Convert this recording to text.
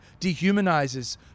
dehumanizes